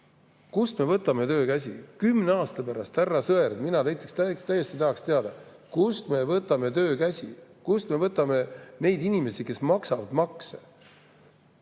Kust me võtame töökäsi kümne aasta pärast, härra Sõerd? Mina näiteks täiesti tahaksin teada, kust me võtame töökäsi, kust me võtame neid inimesi, kes maksavad makse.